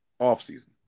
offseason